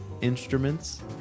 instruments